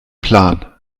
plan